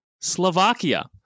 Slovakia